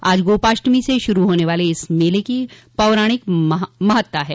आज गोपाष्टमी से शुरू होने वाले इस मेले की पौराणिक महत्ता है